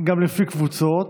לפי קבוצות.